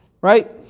Right